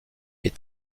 est